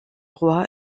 roi